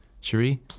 Cherie